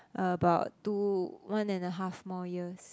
about two one and a half more years